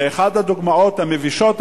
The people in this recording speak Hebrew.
ואחת הדוגמאות המבישות,